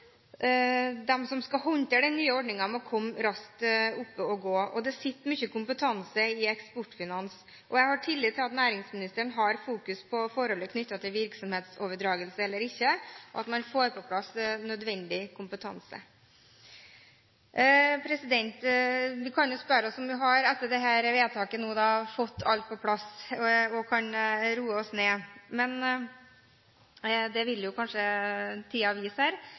som skal håndtere den nye ordningen, må komme raskt opp å gå. Det sitter mye kompetanse i Eksportfinans, og jeg har tillit til at næringsministeren har fokus på forholdet knyttet til virksomhetsoverdragelse eller ikke, og at man får på plass den nødvendige kompetanse. Vi kan jo spørre oss om vi nå, etter dette vedtaket, har fått alt på plass og kan roe oss ned. Det vil jo kanskje